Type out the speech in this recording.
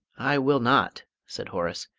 i will not, said horace.